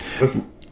Listen